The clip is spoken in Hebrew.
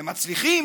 ומצליחים,